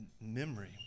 memory